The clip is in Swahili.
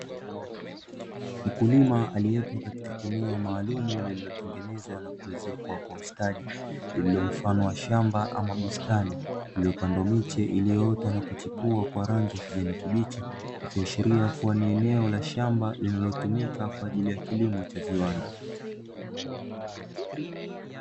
Mkulima aliyepo katika eneo maalumu lililotengenezwa na kuezekwa kwa ustadi, lililo mfano wa shamba ama bustani lililooandwa miche iliyoota na kuchipua kwa rangi ya kijani kibichi, ikiashiria kuwa ni eneo la shamba lililotumika kwa ajili ya kilimo cha viwanda.